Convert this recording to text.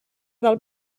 del